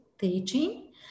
teaching